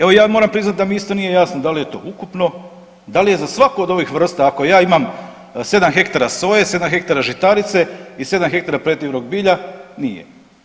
Evo ja moram priznati da mi isto nije jasno da li je to ukupno, da li je za svaku od ovih vrsta ako ja imam 7 hektara soje, 7 hektara žitarice i 7 hektara predivnog bilja nije.